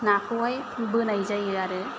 नाखौहाय बोनाय जायो आरो